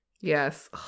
yes